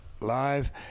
live